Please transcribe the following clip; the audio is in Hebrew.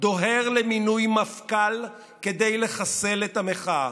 דוהר למינוי מפכ"ל כדי לחסל המחאה.